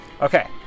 Okay